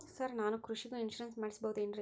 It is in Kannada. ಸರ್ ನಾನು ಕೃಷಿಗೂ ಇನ್ಶೂರೆನ್ಸ್ ಮಾಡಸಬಹುದೇನ್ರಿ?